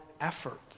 effort